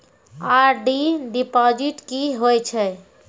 RD deposit की होय छै?